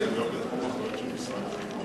המתנ"סים לא בתחום האחריות של משרד החינוך?